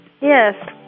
Yes